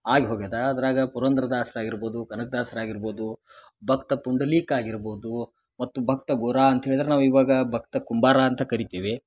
ಆಗಿ ಹೋಗ್ಯದ ಅದ್ರಾಗ ಪುರಂದರ ದಾಸ್ರು ಆಗಿರ್ಬೋದು ಕನಕ ದಾಸ್ರು ಆಗಿರ್ಬೋದು ಭಕ್ತ ಪುಂಡಲೀಕ ಆಗಿರ್ಬೋದು ಮತ್ತು ಭಕ್ತ ಗುರು ಅಂತ ಹೇಳಿದರ ನಾವು ಇವಾಗ ಭಕ್ತ ಕುಂಬಾರ ಅಂತ ಕರಿತೀವಿ